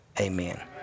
amen